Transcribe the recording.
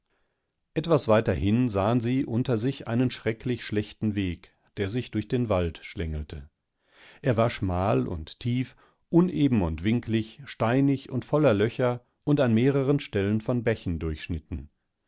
etwas weiter hin sahen sie unter sich einen schrecklich schlechten weg der sich durch den wald schlängelte er war schmal und schief uneben und winklig steinig und voller löcher und an mehreren stellen von bächen durchschnitten